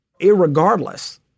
irregardless